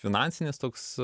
finansinis toks